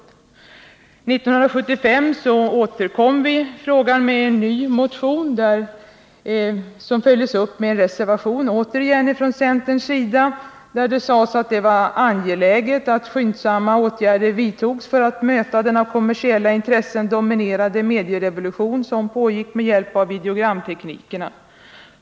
1975 återkom vi i frågan med en ny motion, som följdes upp med en reservation från centerns sida, där vi sade att det var ”angeläget att skyndsamma åtgärder vidtas för att möta den av kommersiella intressen dominerade medierevolution som pågår med hjälp av videogramteknikerna.